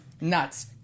nuts